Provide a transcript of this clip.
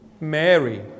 Mary